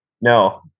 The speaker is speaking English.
No